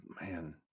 man